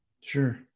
sure